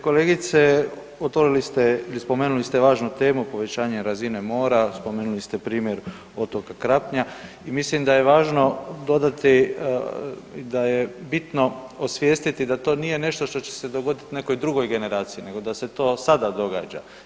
Kolegice, otvorili ste i spomenuli ste važnu temu povećanje razine mora, spomenuli ste primjer otoka Krapnja i mislim da je važno dodati da je bitno osvijestiti da to nije nešto što će se dogoditi nekoj drugoj generaciji nego da se to sada događa.